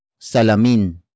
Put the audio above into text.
Salamin